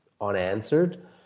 unanswered